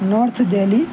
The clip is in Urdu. نارتھ دہلی